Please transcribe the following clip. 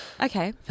Okay